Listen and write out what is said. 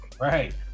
Right